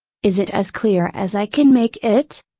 is it as clear as i can make it?